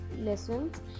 lessons